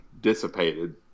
dissipated